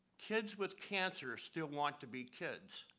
kids with cancer still want to be kids.